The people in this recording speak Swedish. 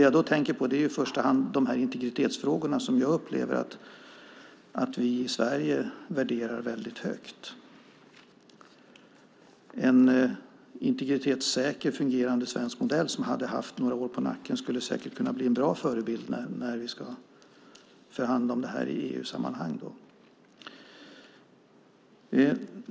Jag tänker i första hand på de integritetsfrågor som jag upplever att vi i Sverige värderar högt. En integritetssäker fungerande svensk modell som har några år på nacken skulle säkert kunna bli en bra förebild när vi ska förhandla om det här i EU-sammanhang.